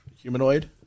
humanoid